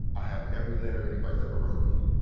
i have every letter anybody's ever wrote me.